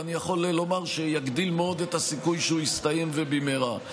ואני יכול לומר שיגדיל מאוד את הסיכוי שהוא יסתיים ובמהרה.